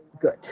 good